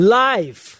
life